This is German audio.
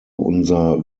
unser